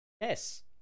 Yes